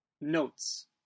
notes